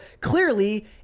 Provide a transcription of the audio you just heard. clearly